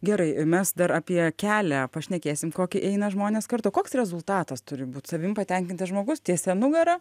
gerai mes dar apie kelią pašnekėsim kokį eina žmonės kartu koks rezultatas turi būt savim patenkintas žmogus tiesia nugara